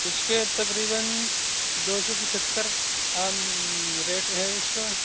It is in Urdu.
اس کے تقریباً دو سو پچہتر عام ریٹ رہے اس کا